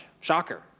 Shocker